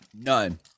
None